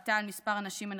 וההשפעה על מספר הנשים הנרצחות,